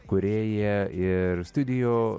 kūrėja ir studijų